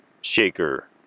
shaker